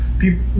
people